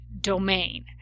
domain